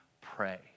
pray